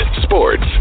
sports